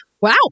Wow